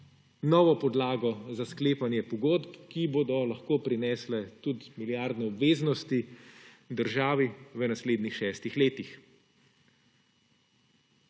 novo podlago za sklepanje pogodb, ki bodo lahko prinesle tudi milijardne obveznosti državi v naslednjih šestih letih.